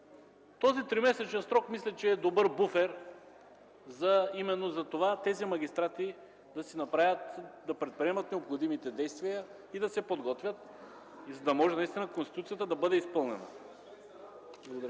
този 3-месечен срок е добър буфер именно за това тези магистрати, които направят възрастта, да предприемат необходимите действия и да се подготвят, за да може наистина Конституцията да бъде изпълнена. Благодаря.